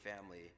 Family